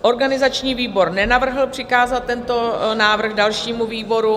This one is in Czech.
Organizační výbor nenavrhl přikázat tento návrh dalšímu výboru.